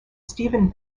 stephen